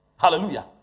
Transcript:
Hallelujah